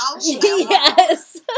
Yes